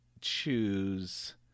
choose